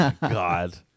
god